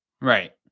right